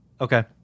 Okay